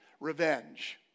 revenge